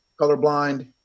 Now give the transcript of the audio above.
colorblind